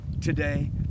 today